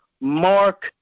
Mark